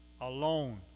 alone